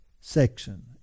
section